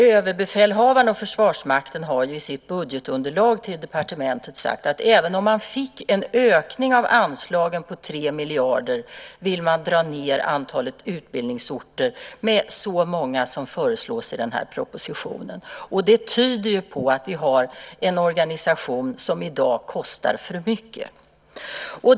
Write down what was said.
Överbefälhavaren och Försvarsmakten har i sitt budgetunderlag till departementet sagt att även om man fick en ökning av anslagen på 3 miljarder vill man dra ned antalet utbildningsorter med så många som föreslås i den här propositionen. Det tyder på att vi i dag har en organisation som kostar för mycket.